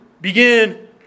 begin